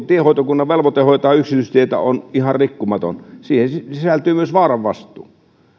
tiehoitokunnan velvoite hoitaa yksityistietä on ihan rikkumaton siihen sisältyy myös vaaran vastuu